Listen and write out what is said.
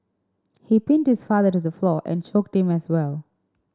he pinned his father to the floor and choked him as well